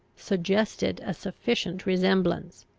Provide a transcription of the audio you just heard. suggested a sufficient resemblance.